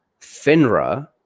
FINRA